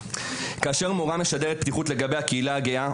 כאשר מורה משדרת פתיחות לגבי הקהילה הגאה,